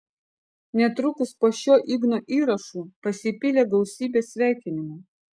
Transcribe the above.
netrukus po šiuo igno įrašu pasipylė gausybė sveikinimų